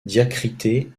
diacritée